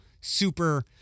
super